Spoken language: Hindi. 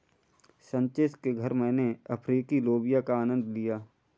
संचित के घर मैने अफ्रीकी लोबिया का आनंद लिया